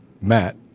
Matt